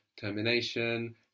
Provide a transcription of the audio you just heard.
termination